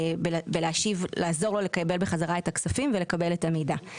לעזור לו לקבל בחזרה את הכספים ולקבל את המידע.